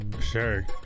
Sure